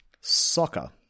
Soccer